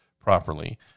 properly